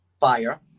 fire